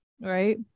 Right